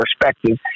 perspective